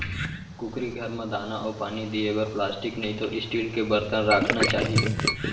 कुकरी घर म दाना अउ पानी दिये बर प्लास्टिक नइतो स्टील के बरतन राखना चाही